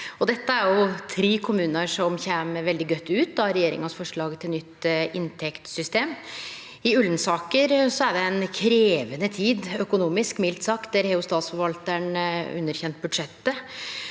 Dette er tre kommunar som kjem veldig godt ut av regjeringas forslag til nytt inntektssystem. I Ullensaker er det mildt sagt ei krevjande tid økonomisk, der har statsforvaltaren underkjent budsjettet.